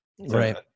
Right